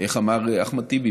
איך אמר אחמד טיבי?